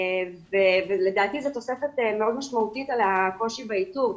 לדעתי זה תוספת מאוד משמעותית על הקושי באיתור.